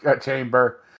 chamber